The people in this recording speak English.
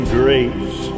grace